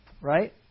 right